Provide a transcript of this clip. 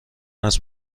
است